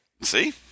See